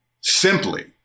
simply